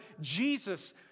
Jesus